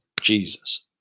Jesus